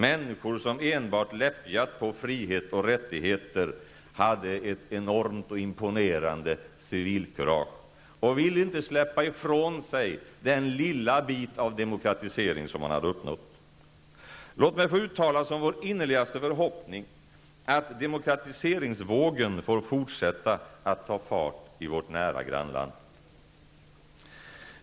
Människor som enbart läppjat på frihet och rättigheter hade ett enormt och imponerande civilkurage och ville inte släppa ifrån sig den lilla bit av demokratisering som hade uppnåtts. Låt mig få uttala som vår innerligaste förhoppning att demokratiseringsvågen får fortsätta att ta fart i vårt nära grannland.